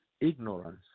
ignorance